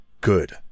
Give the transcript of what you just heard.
Good